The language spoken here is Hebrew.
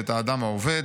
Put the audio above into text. את האדם העובד.